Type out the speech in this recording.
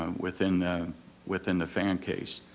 um within within the fan case.